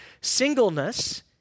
Singleness